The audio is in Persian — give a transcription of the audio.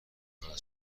قطع